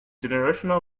generational